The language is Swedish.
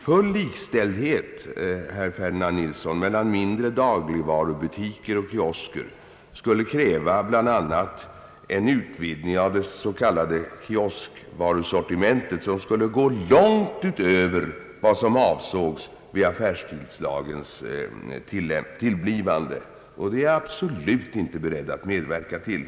Full likställdhet, herr Ferdinand Nilsson, mellan dagligvarubutiker och kiosker skulle bland annat kräva en utvidgning av det s. k kioskvarusortimentet, vilken skulle gå långt utöver vad som avsågs vid affärstidslagens tillblivande, och det är jag absolut inte beredd att medverka till.